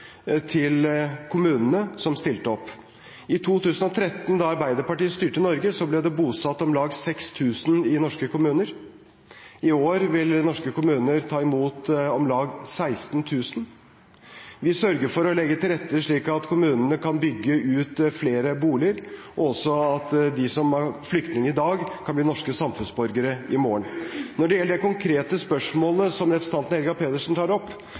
til kommunene som stilte opp. I 2013, da Arbeiderpartiet styrte Norge, ble det bosatt om lag 6 000 i norske kommuner. I år vil norske kommuner ta imot om lag 16 000. Vi sørger for å legge til rette slik at kommunene kan bygge ut flere boliger, og også for at de som er flyktninger i dag, kan bli norske samfunnsborgere i morgen. Når det gjelder det konkrete spørsmålet som representanten Helga Pedersen tar opp,